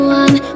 one